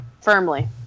Firmly